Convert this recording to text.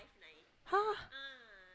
!huh!